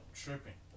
tripping